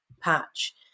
patch